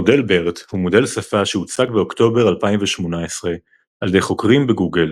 מודל BERT הוא מודל שפה שהוצג באוקטובר 2018 על ידי חוקרים ב-Google.